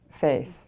faith